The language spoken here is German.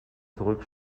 zurück